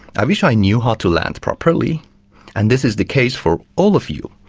i wish i knew how to land properly and this is the case for all of you.